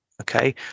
okay